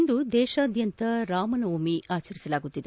ಇಂದು ದೇಶಾದ್ಯಂತ ರಾಮನವಮಿ ಆಚರಿಸಲಾಗುತ್ತಿದೆ